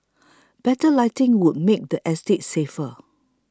better lighting would make the estate safer